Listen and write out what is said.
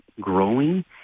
growing